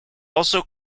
also